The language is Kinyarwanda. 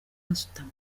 gasutamo